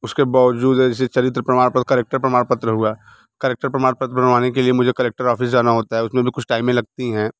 उसके बावजूद है जैसे चरित्र प्रमाण पर करेक्टर प्रमाण पत्र हुआ करेक्टर प्रमाण पत्र बनवाने के लिए मुझे कलेक्टर ऑफिस जाना होता है उसमें भी कुछ टाइम लगता है